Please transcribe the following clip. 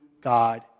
God